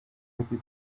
hippie